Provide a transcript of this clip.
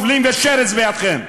טובלים ושרץ בידכם.